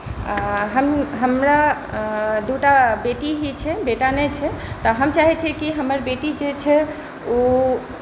हम हमरा दू टा बेटी ही छै बेटा नहि छै तऽ हम चाहै छिए कि हमर बेटी जे छै ओ